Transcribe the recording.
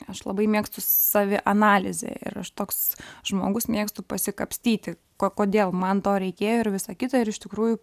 aš labai mėgstu savianalizę ir aš toks žmogus mėgstu pasikapstyti ko kodėl man to reikėjo ir visa kita ir iš tikrųjų